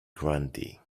grandee